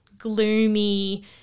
Gloomy